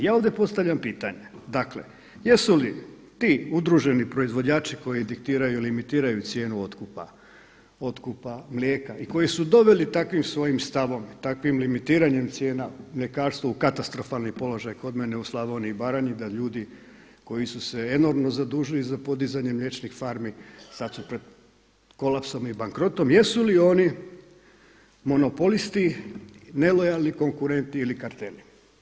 Ja ovdje postavljam pitanje, dakle jesu li ti udruženi proizvođači koji diktiraju i limitiraju cijenu otkupa, otkupa mlijeka, i koji su doveli takvim svojim stavom i takvim limitiranjem cijena mljekarstvo u katastrofalni položaj kod mene u Slavoniji i Baranji da ljudi koji su se enormno zadužuju za podizanje mliječnih farmi sada su pred kolapsom i bankrotom, jesu li oni monopolisti, nelojalni konkurentni ili karteli?